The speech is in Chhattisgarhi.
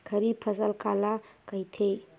खरीफ फसल काला कहिथे?